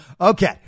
Okay